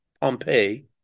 Pompeii